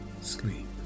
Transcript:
Sleep